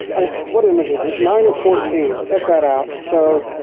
what image is it? nine or fourteen? check that out. so